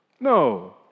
No